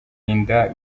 inda